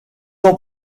ans